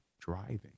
driving